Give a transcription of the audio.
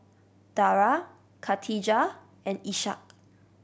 Dara Katijah and Ishak